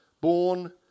born